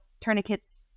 tourniquets